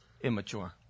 immature